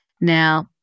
Now